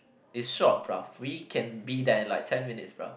it's short bro we can be there in like ten minutes bro